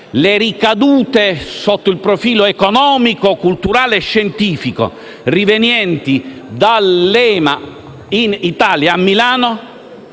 le ricadute sotto il profilo economico, culturale e scientifico rivenienti dall'EMA in Italia, a Milano,